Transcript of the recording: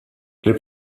les